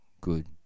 good